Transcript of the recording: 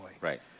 Right